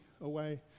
away